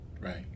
Right